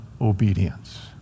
obedience